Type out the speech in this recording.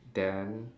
then